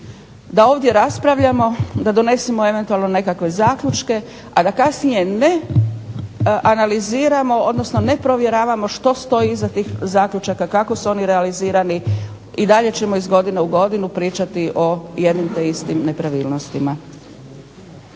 da ovdje raspravljamo, da donesemo eventualno nekakve zaključke, a da kasnije ne analiziramo, odnosno ne provjeravamo što stoji iza tih zaključaka, kako su oni realizirani i dalje ćemo iz godine u godinu pričati o jednim te istim nepravilnostima.